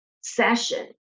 session